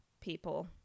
people